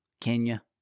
Kenya